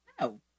No